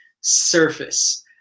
surface